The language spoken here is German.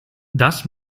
das